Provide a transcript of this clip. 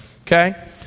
okay